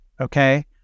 Okay